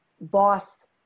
BOSS